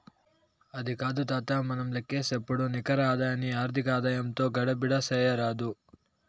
అది కాదు తాతా, మనం లేక్కసేపుడు నికర ఆదాయాన్ని ఆర్థిక ఆదాయంతో గడబిడ చేయరాదు